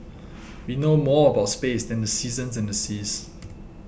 we know more about space than the seasons and the seas